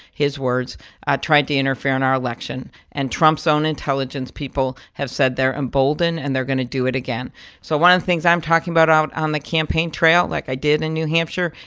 his words tried to interfere in our election. and trump's own intelligence people have said they're emboldened, and they're going to do it again so one of the things i'm talking about out on the campaign trail, like i did in new hampshire,